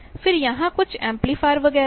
फिर यहां कुछ एम्पलीफायर वगैरह है